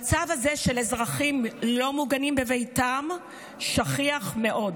המצב הזה שבו אזרחים לא מוגנים בביתם שכיח מאוד.